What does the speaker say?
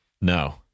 No